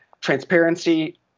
transparency